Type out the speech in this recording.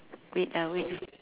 wait ah wait